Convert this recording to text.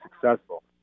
successful